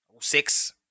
six